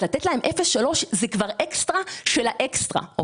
לתת להן 0.3, זה כבר אקסטרה של האקסטרה.